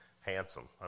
handsome